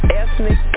ethnic